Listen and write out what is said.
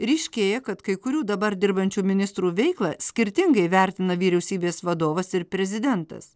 ryškėja kad kai kurių dabar dirbančių ministrų veiklą skirtingai vertina vyriausybės vadovas ir prezidentas